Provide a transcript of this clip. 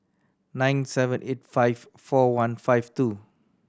nine seven eight five four one five two